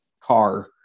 car